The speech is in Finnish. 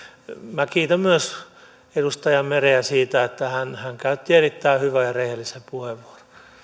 minä kiitän myös edustaja merta siitä että hän hän käytti erittäin hyvän ja rehellisen puheenvuoron